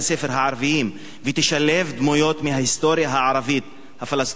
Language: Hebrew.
הערביים ותשלב דמויות מההיסטוריה הערבית-הפלסטינית?